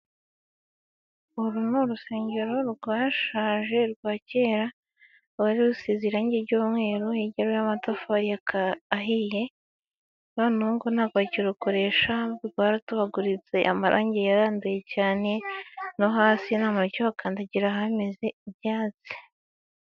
Uru ni urusengero rwashaje rwa kera. Rwari rusize irangi ry'umweru. Hirya ruriho amatafari ahiye. None ubu ngubu ntabwo bakirukoresha, rwaratobaguritse, amarangi yaranduye cyane no hasi nta muntu ukihakandagira hameze ibyatsi.